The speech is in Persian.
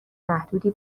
محدودی